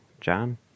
John